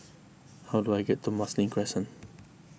how do I get to Marsiling Crescent